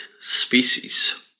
species